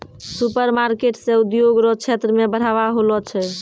supermarket से उद्योग रो क्षेत्र मे बढ़ाबा होलो छै